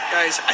Guys